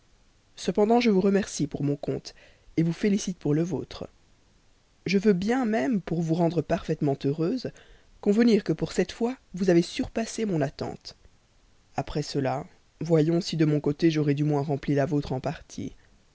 cependant je vous remercie pour mon compte vous félicite pour le vôtre je veux bien même pour vous rendre parfaitement heureuse convenir que pour cette fois vous avez surpassé mon attente après cela voyons si de mon côté j'aurai du moins rempli la vôtre en partie